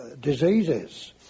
diseases